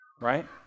right